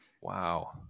Wow